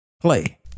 Play